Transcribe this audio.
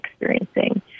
experiencing